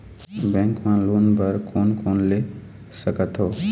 Bank मा loan बर कोन कोन ले सकथों?